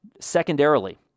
Secondarily